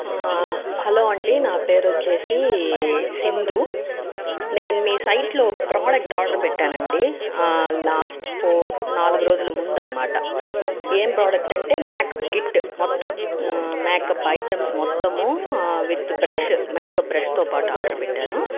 hello అండి నా పేరు వచ్చేసి సింధు నేను మీ సైట్లో ఒక ప్రోడక్ట్ ఆర్డర్ పెట్టాను అండి లాస్ట్ ఫోర్ నాలుగు రోజుల ముందు అనమాట ఏం ప్రోడక్ట్ అంటే మేకప్ కిట్ మొత్తం మేకప్ ఐటమ్స్ మొత్తము విత్ బ్రష్ మేకప్ బ్రష్తో పాటు ఆర్డర్ పెట్టాను